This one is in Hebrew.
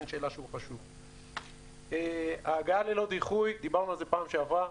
אין שאלה שהוא --- ההגעה ללא דיחוי - דיברנו על זה פעם שעברה.